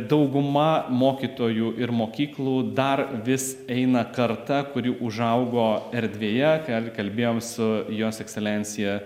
dauguma mokytojų ir mokyklų dar vis eina karta kuri užaugo erdvėje ką ir kalbėjom su jos ekscelencija